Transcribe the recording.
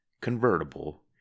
convertible